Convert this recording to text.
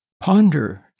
ponder